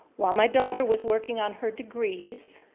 while my daughter was working on her degrees.